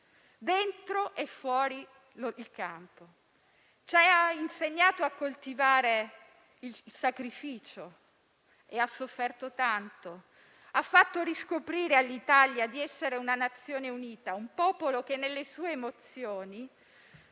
dentro e fuori dal campo. Ci ha insegnato a coltivare il sacrificio e ha sofferto tanto. Ha fatto riscoprire all'Italia di essere una Nazione unita, un popolo che nelle sue emozioni